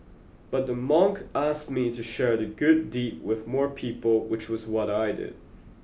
but the monk asked me to share the good deed with more people which was what I did